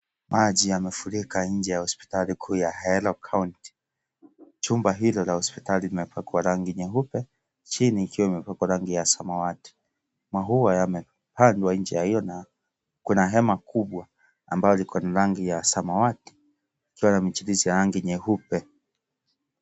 Maji yamefurika nje ya hospitali kuu ya Ahero (cs)county(cs),jumba hilo la hospitali limepakwa rangi nyeupe chini ikiwa imepakwa rangi ya samawati, maua yamepandwa nje ya hiyo na kuna hema kubwa ambalo liko na rangi ya samawati ikiwa na michirizi ya rangi nyeupe.